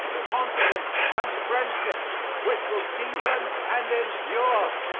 confidence and friendship which will deepen and endure.